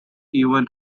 even